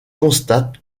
constate